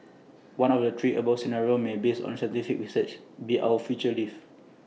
one of the three above scenarios may based on scientific research be our future lives